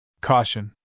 Caution